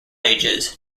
ages